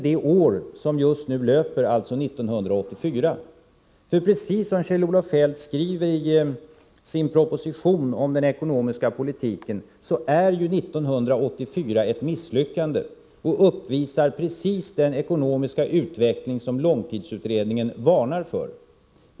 det år som nu löper, alltså 1984? Precis som Kjell-Olof Feldt skriver i sin proposition om den ekonomiska politiken är ju 1984 ett misslyckat år som uppvisar precis den ekonomiska utveckling som långtidsutredningen varnar för.